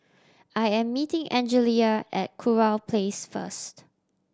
I am meeting Angelia at Kurau Place first